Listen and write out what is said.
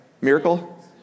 miracle